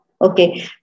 Okay